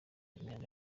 imyanda